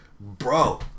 Bro